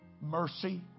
Mercy